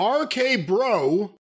RK-Bro